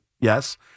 yes